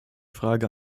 frage